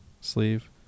sleeve